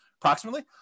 Approximately